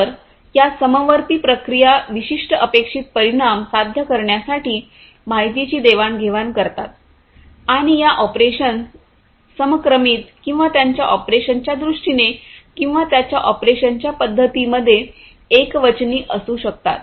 तर या समवर्ती प्रक्रिया विशिष्ट अपेक्षित परिणाम साध्य करण्यासाठी माहितीची देवाणघेवाण करतात आणि या ऑपरेशन्स समक्रमित किंवा त्यांच्या ऑपरेशनच्या दृष्टीने किंवा त्यांच्या ऑपरेशनच्या पद्धतींमध्ये एकवचनी असू शकतात